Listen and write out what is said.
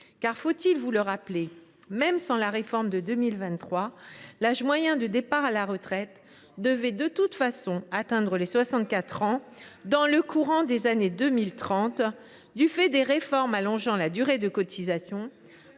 ? Faut il vous le rappeler ? Même sans la réforme de 2023, l’âge moyen de départ à la retraite devait de toute façon atteindre les 64 ans dans le courant des années 2030 du fait des réformes allongeant la durée de cotisation,…